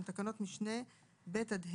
גם תקנות משנה (ב) עד (ה):